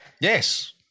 Yes